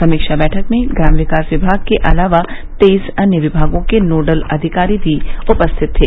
समीक्षा बैठक में ग्राम्य विकास विभाग के अलावा तेईस अन्य विभागों के नोडल अधिकारी भी उपस्थित थे